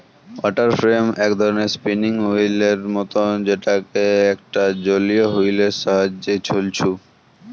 water frame এক ধরণের spinning wheel এর মতন যেটি একটা জলীয় ওহীল এর সাহায্যে ছলছু